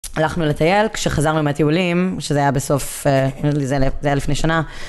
הלכנו לטייל, כשחזרנו מהטיולים, שזה היה בסוף... זה היה לפני שנה.